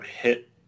hit